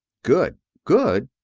good! good?